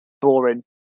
boring